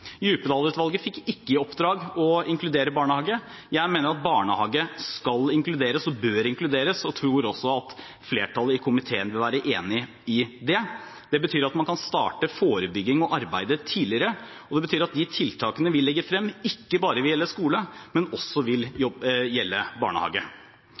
fikk ikke i oppdrag å inkludere barnehagene, men jeg mener at barnehagene skal inkluderes, og bør inkluderes, og jeg tror også at flertallet i komiteen vil være enig i det. Det betyr at man kan starte forebygging og arbeid tidligere, og det betyr at de tiltakene vi legger frem, ikke bare vil gjelde skole, men også vil